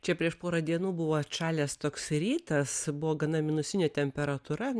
čia prieš porą dienų buvo atšalęs toks rytas buvo gana minusinė temperatūra